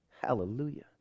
Hallelujah